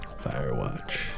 Firewatch